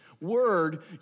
word